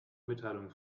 mitteilungen